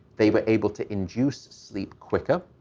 they were able to induce sleep quicker,